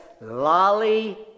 Lolly